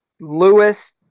Lewis